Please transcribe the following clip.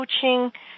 coaching